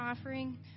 offering